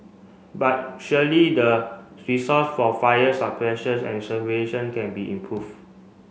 but surely the resource for fire and can be improve